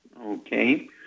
Okay